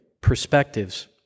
perspectives